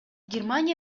германия